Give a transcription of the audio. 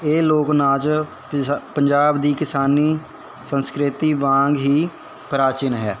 ਇਹ ਲੋਕ ਨਾਚ ਪਛ ਪੰਜਾਬ ਦੀ ਕਿਸਾਨੀ ਸੰਸਕ੍ਰਿਤੀ ਵਾਂਗ ਹੀ ਪ੍ਰਾਚੀਨ ਹੈ